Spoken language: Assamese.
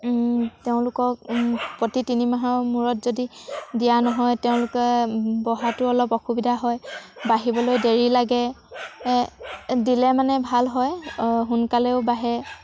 তেওঁলোকক প্ৰতি তিনিমাহৰ মূৰত যদি দিয়া নহয় তেওঁলোকে বঢ়াটো অলপ অসুবিধা হয় বাঢ়িবলৈ দেৰি লাগে দিলে মানে ভাল হয় সোনকালেও বাঢ়ে